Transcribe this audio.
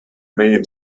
main